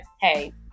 hey